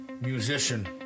Musician